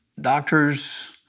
doctors